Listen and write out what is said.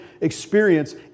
experience